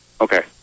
Okay